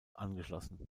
angeschlossen